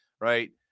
right